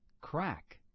crack